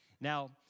Now